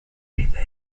theater